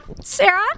Sarah